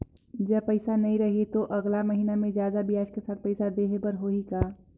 जब पइसा नहीं रही तो अगले महीना मे जादा ब्याज के साथ पइसा देहे बर होहि का?